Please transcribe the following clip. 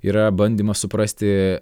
yra bandymas suprasti